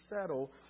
settle